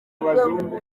abazungu